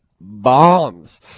bombs